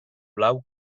blau